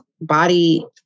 body